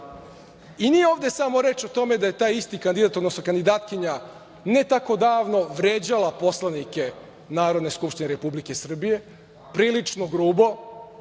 nije ovde samo reč o tome da taj isti kandidat, odnosno kandidatkinja ne tako davno vređala poslanike Narodne skupštine Republike Srbije prilično grubo,